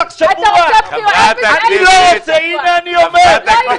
הנה אני אומר.